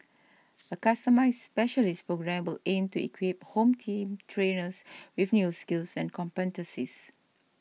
a customised specialist programme will aim to equip Home Team trainers with new skills and competencies